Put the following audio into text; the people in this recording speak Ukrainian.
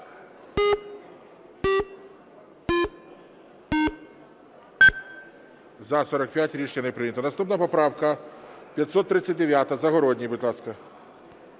За-45 Рішення не прийнято. Наступна поправка 539. Загородній, будь ласка.